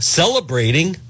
celebrating